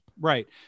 Right